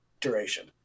duration